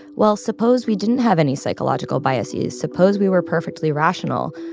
well, suppose we didn't have any psychological biases. suppose we were perfectly rational.